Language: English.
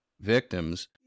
victims